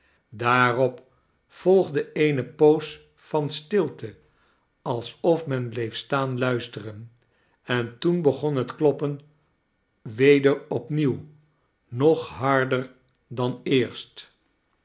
daarop volgde eene poos van stilte alsof men bleef staan luisteren en toen begon het kloppen weder op nieuw nog harder dan eerst